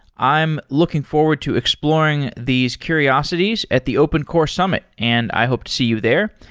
i am looking forward to exploring these curiosities at the open core summit, and i hope to see you there.